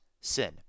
sin